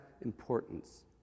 importance